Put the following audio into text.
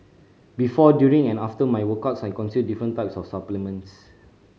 before during and after my workouts I consume different types of supplements